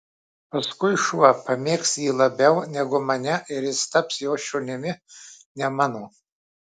paskui šuo pamėgs jį labiau negu mane ir jis taps jo šunimi ne mano